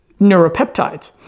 neuropeptides